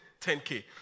10k